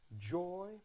joy